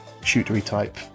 shootery-type